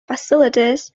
facilities